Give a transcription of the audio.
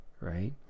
right